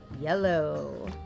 Yellow